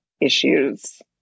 issues